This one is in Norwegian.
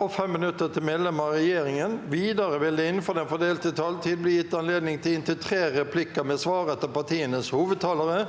og 5 minutter til medlemmer av regjeringen. Videre vil det – innenfor den fordelte taletid – bli gitt anledning til inntil tre replikker med svar etter partienes hovedtalere